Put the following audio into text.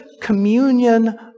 communion